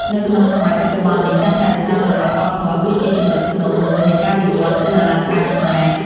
នៅក្នុងសម័យបច្ចុប្បន្ននេះ ការថែរក្សាមរតកវប្បធម៌ គឺជាចំណុចស្នូលមួយនៃការវិវត្តន៍គ្រឿងអលង្ការខ្មែរ។